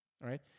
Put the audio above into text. right